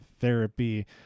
therapy